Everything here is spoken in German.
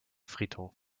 friedhof